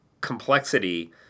complexity